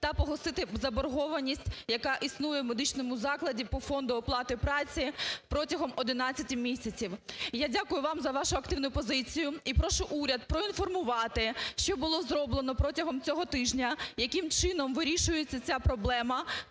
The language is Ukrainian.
та погасити заборгованість, яка існує в медичному закладі по фонду оплати праці протягом 11 місяців. Я дякую вам за вашу активну позицію і прошу уряд проінформувати, що було зроблено протягом цього тижня, яким чином вирішується ця проблема,